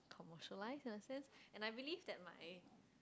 commercialised in a sense and I believe that my